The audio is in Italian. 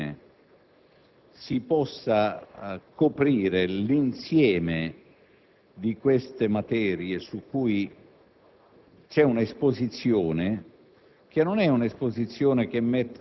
comunitaria in corso di definizione si possa coprire l'insieme di tali materie su cui